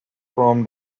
from